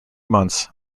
months